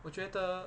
我觉得